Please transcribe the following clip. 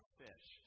fish